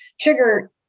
sugar